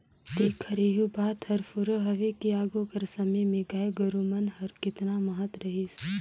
तेकर एहू बात हर फुरों हवे कि आघु कर समे में गाय गरू मन कर केतना महत रहिस